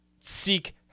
seek